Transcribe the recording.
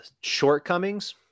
shortcomings